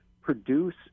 produce